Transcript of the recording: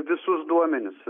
visus duomenis